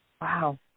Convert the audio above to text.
Wow